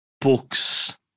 books